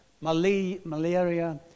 malaria